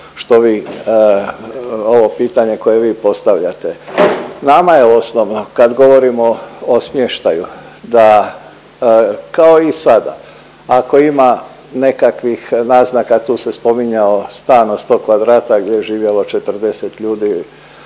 što vi ovo pitanje koje vi postavljate. Nama je osnovno kad govorimo o smještaju da kao i sada ako ima nekakvih naznaka, tu se spominjao stan od sto kvadrata gdje je živjelo 40 ljudi,